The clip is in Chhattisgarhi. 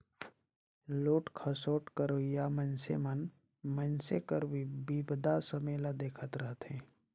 लूट खसोट करोइया मइनसे मन मइनसे कर बिपदा समें ल देखत रहथें